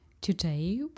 Today